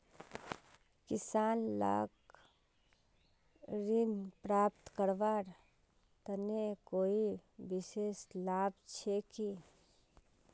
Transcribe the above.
किसान लाक ऋण प्राप्त करवार तने कोई विशेष लाभ छे कि?